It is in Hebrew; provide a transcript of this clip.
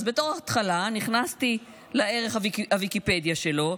אז בתור התחלה נכנסתי לערך הוויקיפדיה שלו,